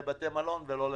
לבתי מלון ולא למטוסים.